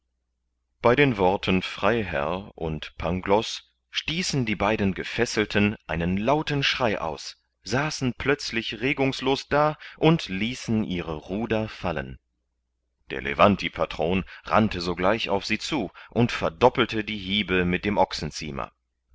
bei den worten freiherr und pangloß stießen die beiden gefesselten einen lauten schrei aus saßen plötzlich regungslos da und ließen ihre ruder fallen der levantipatron rannte sogleich auf sie zu und verdoppelte die hiebe mit dem ochsenziemer